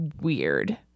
weird